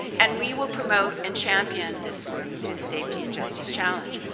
and we will promote an champion this work through the safety and justice challenge.